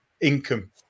income